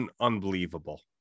unbelievable